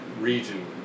region